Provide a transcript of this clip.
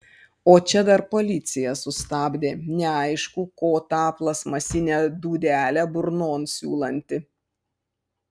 o čia dar policija sustabdė neaišku ko tą plastmasinę dūdelę burnon siūlanti